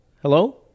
Hello